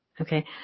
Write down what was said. Okay